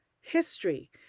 History